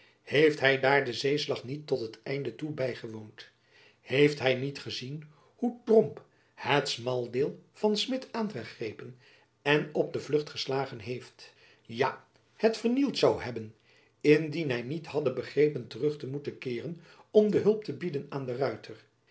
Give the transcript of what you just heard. heeft hy daar den zeeslag niet tot het einde toe bygewoond heeft hy niet gezien hoe tromp het smaldeel van smith aangegrepen en op de vlucht geslagen heeft ja het vernield zoû hebben indien hy niet hadde begrepen terug te moeten keeren om hulp te bieden aan de ruyter